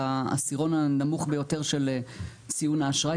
בעשירון הנמוך ביותר של ציון האשראי.